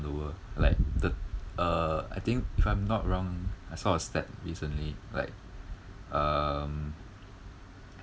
the world like the uh I think if I'm not wrong I saw a stat recently like um